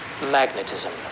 magnetism